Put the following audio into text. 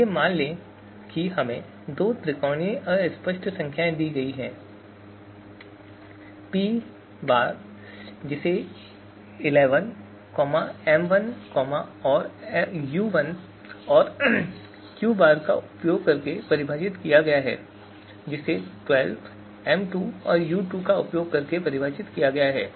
आइए मान लें कि हमें ये दो त्रिकोणीय अस्पष्ट संख्याएं दी गई हैं P̃ जिसे l1 m1 और u1 और Q̃ का उपयोग करके परिभाषित किया गया है जिसे 12 m2 और u2 का उपयोग करके परिभाषित किया गया है